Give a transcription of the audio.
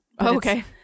okay